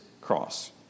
cross